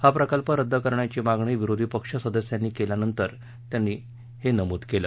हा प्रकल्प रद्द करण्याची मागणी विरोधी पक्ष सदस्यांनी केल्यानंतर त्यांनी हे नमूद केलं